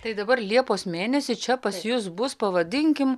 tai dabar liepos mėnesį čia jus bus pavadinkim